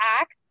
act